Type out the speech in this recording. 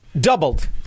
doubled